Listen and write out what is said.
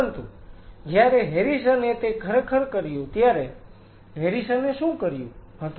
પરતું જ્યારે હેરિસને તે ખરેખર કર્યું ત્યારે હેરિસને શું કર્યું હતું